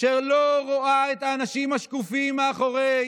שלא רואה את האנשים השקופים מאחורי